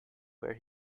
where